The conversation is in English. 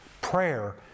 Prayer